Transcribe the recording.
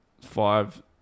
five